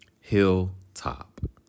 Hilltop